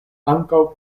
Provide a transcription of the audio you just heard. ankaŭ